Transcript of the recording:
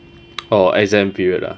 orh exam period ah